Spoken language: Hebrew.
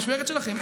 במשמרת שלכם,